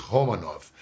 Romanov